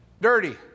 dirty